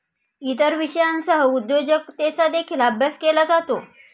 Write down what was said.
इतर विषयांसह उद्योजकतेचा देखील अभ्यास केला जातो